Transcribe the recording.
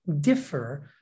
differ